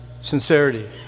Sincerity